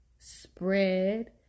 spread